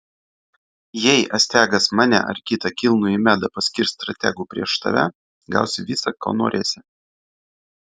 jei astiagas mane ar kitą kilnųjį medą paskirs strategu prieš tave gausi visa ko norėsi